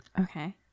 Okay